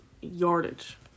Yardage